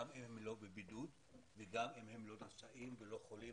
גם אם הם לא בבידוד וגם אם הם לא נשאים או חולים,